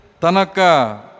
Tanaka